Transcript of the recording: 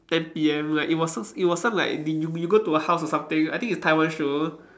ten P_M like it was some it was some like you you go to a house or something I think it's Taiwan show